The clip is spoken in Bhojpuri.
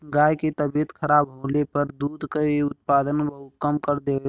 गाय के तबियत खराब होले पर दूध के उत्पादन कम कर देवलीन